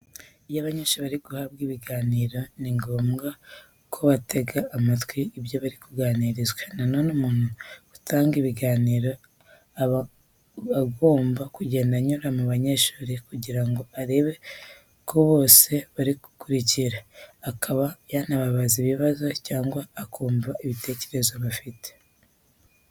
Iyo abanyeshuri bari guhabwa ibiganiro ni ngombwa ko batega amatwi ibyo bari kuganirizwa. Na none umuntu uri gutanga ibiganiro aba agomba kugenda anyura mu banyeshuri kugira ngo arebe ko bose bari gukurikira, akaba yanababaza ibibazo cyangwa akumva ibitekerezo bafite.